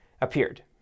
appeared